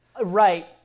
Right